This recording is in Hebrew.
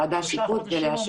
אחרי החג ועדת שיפוט כדי לאשר